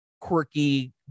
quirky